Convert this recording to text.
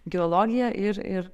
geologiją ir ir